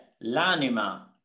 l'anima